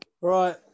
Right